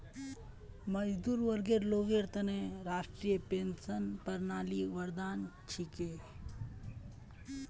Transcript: मजदूर वर्गर लोगेर त न राष्ट्रीय पेंशन प्रणाली वरदान छिके